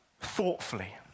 Thoughtfully